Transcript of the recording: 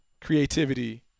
creativity